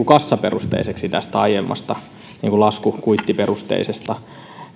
kassaperusteiseksi aiemmasta lasku kuittiperusteisesta